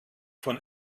von